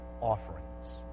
offerings